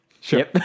Sure